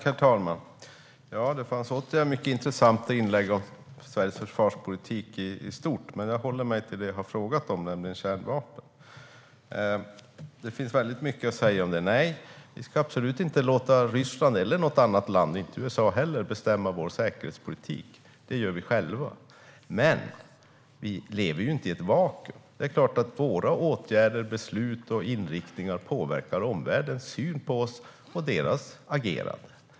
Herr talman! Det var återigen mycket intressanta inlägg om Sveriges försvarspolitik i stort. Men jag håller mig till det jag har frågat om, nämligen kärnvapen. Det finns mycket att säga om det. Nej, vi ska absolut inte låta Ryssland eller något annat land - inte heller USA - bestämma vår säkerhetspolitik. Det gör vi själva. Men vi lever inte i ett vakuum. Det är klart att våra åtgärder, beslut och inriktningar påverkar omvärldens agerande och syn på oss.